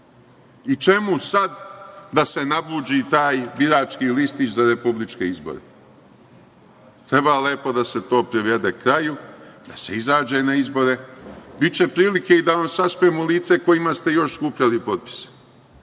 I čemu sad da se nabudži taj birački listić za republičke izbore? Treba lepo da se to privede kraju, da se izađe na izbore. Biće prilike i da vam saspem u lice kojima ste još skupljali potpise.